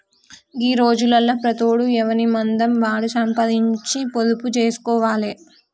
గీ రోజులల్ల ప్రతోడు ఎవనిమందం వాడు సంపాదించి పొదుపు జేస్కోవాలె